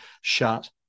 shut